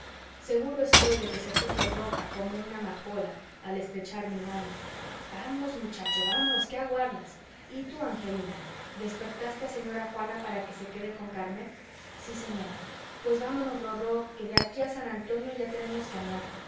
seguro estoy de que se puso roja como una amapola al estrechar mi mano vamos muchacho vamos qué aguardas y tú angelina despertaste a señora juana para que se quede con carmen sí señora pues vámonos rorró que de aquí a san antonio ya tenemos que andar